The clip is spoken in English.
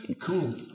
cool